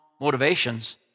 motivations